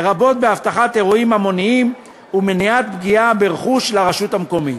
לרבות באבטחת אירועים המוניים ומניעת פגיעה ברכוש של הרשות המקומית.